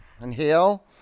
Inhale